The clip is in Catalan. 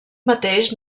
mateix